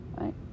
right